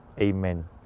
Amen